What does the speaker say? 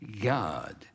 God